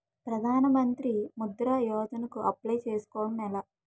ప్రధాన మంత్రి ముద్రా యోజన కు అప్లయ్ చేసుకోవటం ఎలా?